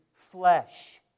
flesh